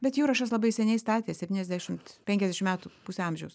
bet jurašas labai seniai statė septyniasdešimt penkiasdešim metų pusė amžiaus